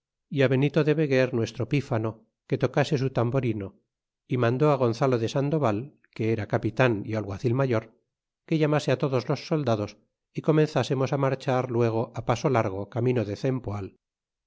á benito de veguer nuestro pífano que tocase su tamborino y mandó gonzalo de sandoval que era capitan y alguacil mayor que llamase á todos los soldados y comenzásemos á marchar luego paso largo camino de cempoal